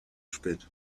spät